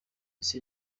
ese